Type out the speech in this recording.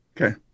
Okay